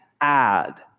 add